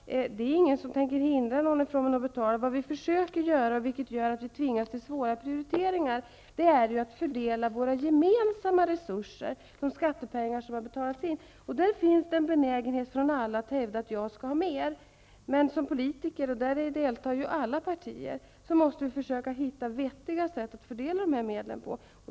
Det är ingen som tänker hindra dem från att betala. Vad vi försöker göra, vilket gör att vi tvingas till svåra prioriteringar, är att fördela våra gemensamma resurser vettigt, de skattepengar som har betalats in. Där finns en benägenhet för alla att hävda att man skall ha mer. Men som politiker måste vi, och där deltar ju alla partier, försöka hitta vettiga sätt att fördela medlen på.